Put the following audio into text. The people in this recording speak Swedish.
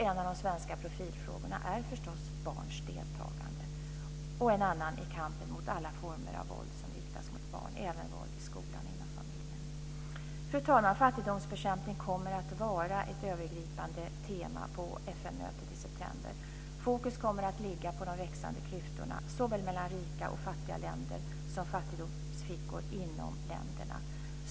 En av de svenska profilfrågorna är förstås barns deltagande. En annan är kampen mot alla former av våld som riktas mot barn, även våld i skolan och inom familjen. Fru talman! Fattigdomsbekämpning kommer att vara ett övergripande tema på FN-mötet i september. Fokus kommer att ligga såväl på de växande klyftorna mellan rika och fattiga länder som på fattigdomsfickor inom länderna.